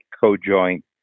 co-joint